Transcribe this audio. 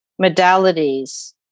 modalities